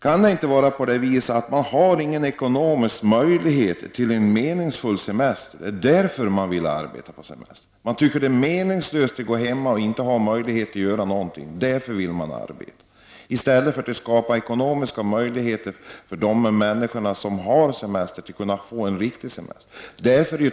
Kan det inte vara så att man inte har någon ekonomisk möjlighet till en meningsfull semester och att det är därför som man vill arbeta, dvs. att man tycker att det är meningslöst att gå hemma utan att ha någonting att göra? Det borde i stället skapas ekonomiska möjligheter för dessa människor att få en riktig semester.